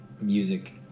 music